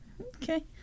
Okay